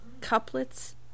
Couplets